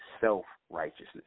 self-righteousness